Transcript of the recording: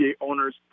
owners